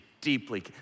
deeply